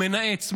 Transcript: מנאץ,